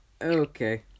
Okay